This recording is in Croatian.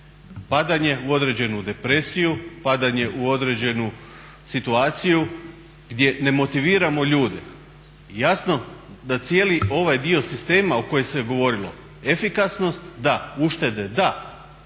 Padanje u određenu depresiju, padanje u određenu situaciju gdje ne motiviramo ljude i jasno da cijeli ovaj dio sistema o kojem se govorilo efikasnost da, uštede da, ali